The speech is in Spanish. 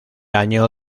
año